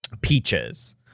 Peaches